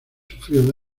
sufrió